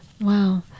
Wow